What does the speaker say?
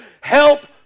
help